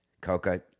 Coca